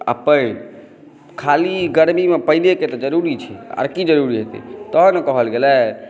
आ पानि ख़ाली ई गरमीमे पानिके तऽ ज़रूरी छै आओर की ज़रूरी हेतै तेँ ने कहल गेलै